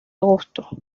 agosto